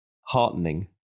heartening